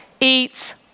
eats